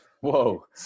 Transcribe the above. Whoa